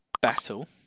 battle